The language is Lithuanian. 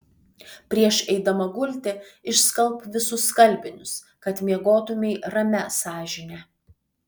prieš eidama gulti išskalbk visus skalbinius kad miegotumei ramia sąžine